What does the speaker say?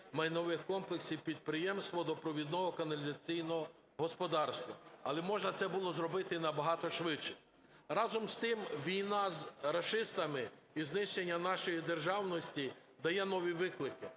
майнових комплексів підприємств водопровідно-каналізаційного господарства. Але можна це було зробити і набагато швидше. Разом з тим війна з рашистами і знищення нашої державності дає нові виклики,